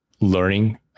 learning